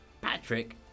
Patrick